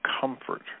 comfort